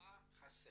מה חסר,